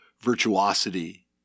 virtuosity